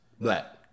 Black